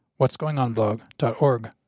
what'sgoingonblog.org